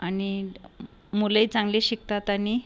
आनि मुलेई चांगले शिकतात आनि